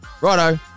righto